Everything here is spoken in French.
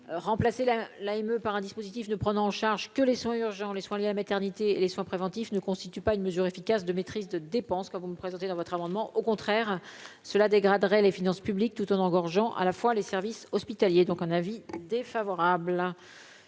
remplacer la AME par un dispositif ne prenant en charge que les soins urgents les soins liés à maternité les soins préventifs ne constitue pas une mesure efficace de maîtrise de dépenses quoi vous me présenter dans votre amendement au contraire cela dégraderait les finances publiques, tout en en argent à la fois les services hospitaliers, donc un avis défavorable